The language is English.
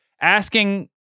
asking